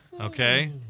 Okay